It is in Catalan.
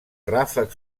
ràfec